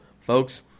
Folks